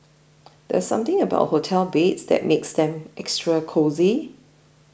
there's something about hotel beds that makes them extra cosy